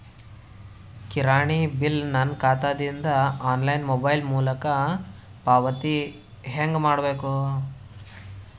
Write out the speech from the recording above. ಕಿರಾಣಿ ಬಿಲ್ ನನ್ನ ಖಾತಾ ದಿಂದ ಆನ್ಲೈನ್ ಮೊಬೈಲ್ ಮೊಲಕ ಪಾವತಿ ಹೆಂಗ್ ಮಾಡಬೇಕು?